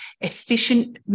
efficient